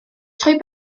trwy